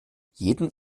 jeden